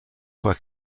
foi